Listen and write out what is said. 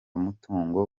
mutungo